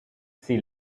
see